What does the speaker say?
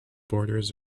borders